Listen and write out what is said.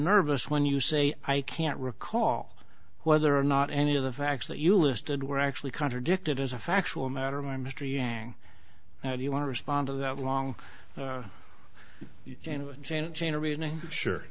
nervous when you say i can't recall whether or not any of the facts that you listed were actually contradicted as a factual matter mr yang how do you want to respond to that long